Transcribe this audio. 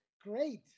Great